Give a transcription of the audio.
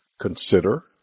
consider